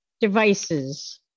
devices